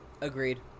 Agreed